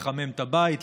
לחמם את הבית,